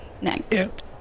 Next